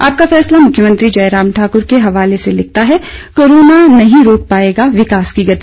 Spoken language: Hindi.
आपका फैसला मुख्यमंत्री जयराम ठाक्र के हवाले से लिखता है कोरोना नहीं रोक पाएगा विकास की गति